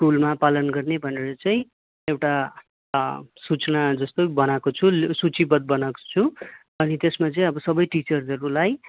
स्कुलमा पालन गर्ने भनेर चाहिँ एउटा सूचना जस्तो बनाएको छु सूचीबद्ध बनाएको छु अनि त्यसमा चाहिँ अब सबै टिचर्सहरूलाई